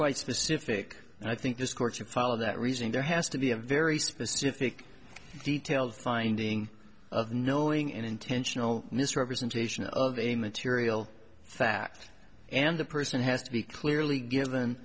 quite specific and i think this court's in fall of that reasoning there has to be a very specific details finding of knowing and intentional misrepresentation of a material fact and the person has to be clearly given